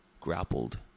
grappled